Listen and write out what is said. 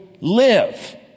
live